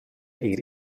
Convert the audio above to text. eir